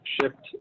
shipped